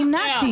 מי נמנע?